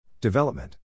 Development